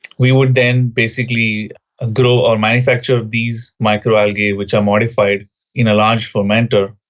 we would then basically grow or manufacture these microalgae which are modified in a large fermenter.